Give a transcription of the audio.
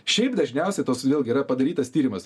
šiaip dažniausiai toks vėlgi yra padarytas tyrimas